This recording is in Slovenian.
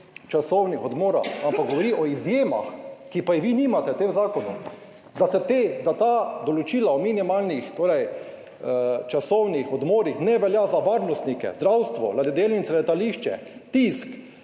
časovnih odmorih, ampak govori o izjemah, ki pa jih vi nimate v tem zakonu, da ta določila o minimalnih, torej časovnih odmorih ne velja za varnostnike, zdravstvo, ladjedelnice, letališče, tisk,